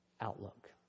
outlook